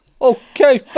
Okay